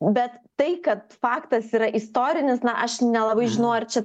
bet tai kad faktas yra istorinis na aš nelabai žinau ar čia